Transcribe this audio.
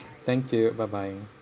thank you bye bye